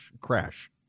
crash